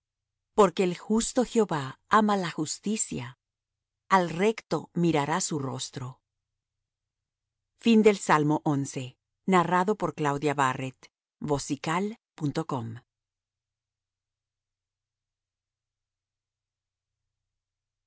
porque el justo jehová ama la justicia al recto mirará su rostro